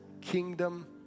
kingdom